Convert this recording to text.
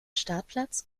startplatz